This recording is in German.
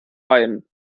ein